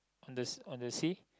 on the s~ on the sea